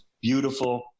beautiful